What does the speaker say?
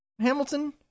Hamilton